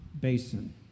basin